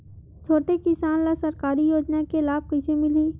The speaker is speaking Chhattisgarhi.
छोटे किसान ला सरकारी योजना के लाभ कइसे मिलही?